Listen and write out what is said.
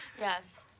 Yes